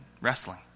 wrestling